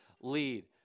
lead